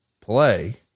play